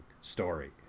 story